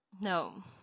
No